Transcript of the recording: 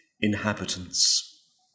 inhabitants